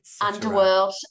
Underworld